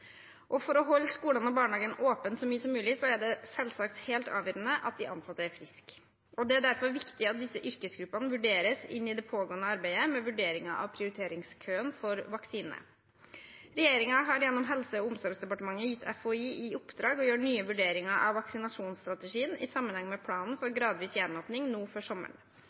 For å holde skolene og barnehagene åpne så mye som mulig er det selvsagt helt avgjørende at de ansatte er friske. Det er derfor viktig at disse yrkesgruppene vurderes i det pågående arbeidet med vurderinger av prioriteringskøen for vaksine. Regjeringen har gjennom Helse- og omsorgsdepartementet gitt FHI i oppdrag å gjøre nye vurderinger av vaksinasjonsstrategien i sammenheng med planen for gradvis gjenåpning nå før sommeren.